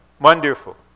Wonderful